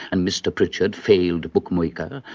and mr pritchard, failed bookmaker,